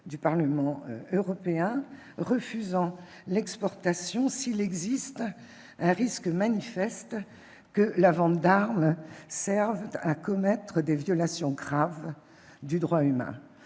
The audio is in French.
du Parlement européen, qui consiste à refuser l'exportation s'il existe un risque manifeste que la vente d'armes serve à commettre des violations graves du droit humain.